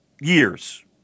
years